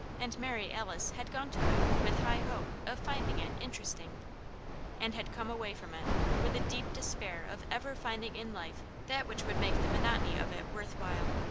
and mary alice had gone to it with high hope of finding it interesting and had come away from it with a deep despair of ever finding in life that which would make the monotony of it worth while.